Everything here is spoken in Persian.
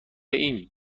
این